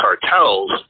cartels